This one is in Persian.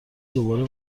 دوباره